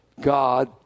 God